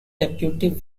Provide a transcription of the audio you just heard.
deputy